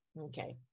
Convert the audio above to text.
okay